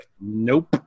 Nope